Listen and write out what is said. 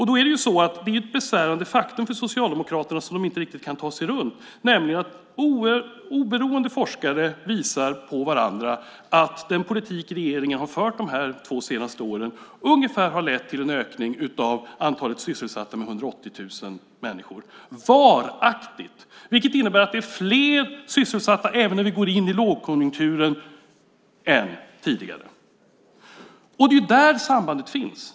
Då är det ett besvärande faktum för Socialdemokraterna som de inte riktigt kan ta sig runt att forskare oberoende av varandra visar att den politik regeringen har fört de två senaste åren har lett till en ökning av antalet varaktigt sysselsatta med ungefär 180 000 människor, vilket innebär att det är fler sysselsatta även när vi går in i lågkonjunkturen än tidigare. Det är där sambandet finns.